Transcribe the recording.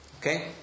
Okay